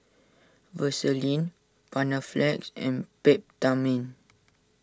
Vaselin Panaflex and Peptamen